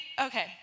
okay